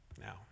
Now